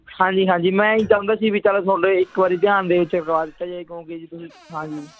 ਹਾਂਜੀ ਹਾਂਜੀ ਮੈਂ ਇਹ ਹੀ ਚਾਹੁੰਦਾ ਸੀ ਵੀ ਚੱਲ ਤੁਹਾਡੇ ਇੱਕ ਵਾਰ ਧਿਆਨ ਦੇ ਵਿੱਚ ਕਰਵਾ ਦਿੱਤਾ ਜਾਵੇ ਕਿਉਂਕਿ ਜੀ ਤੁਸੀਂ ਹਾਂਜੀ